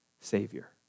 Savior